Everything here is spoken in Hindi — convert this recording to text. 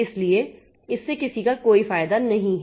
इसलिए इससे किसी का कोई फायदा नहीं है